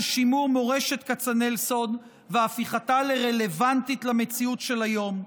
שימור מורשת כצנלסון והפיכתה לרלוונטית למציאות של היום.